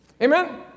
Amen